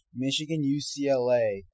Michigan-UCLA